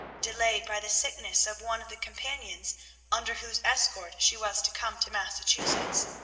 delayed by the sickness of one of the companions under whose escort she was to come to massachusetts.